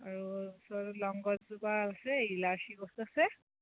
আৰু ওচৰৰ লং গছজোপা আছে ইলাচি গছ আছে